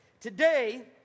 Today